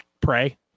Pray